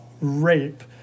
rape